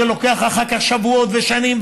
זה לוקח אחר כך שבועות ושנים,